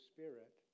Spirit